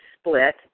split